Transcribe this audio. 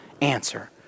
answer